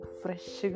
fresh